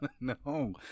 No